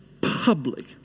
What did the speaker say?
public